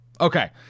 Okay